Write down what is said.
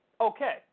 okay –